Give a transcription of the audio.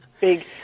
big